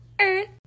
earth